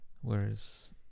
Whereas